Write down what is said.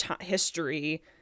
history